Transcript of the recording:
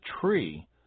tree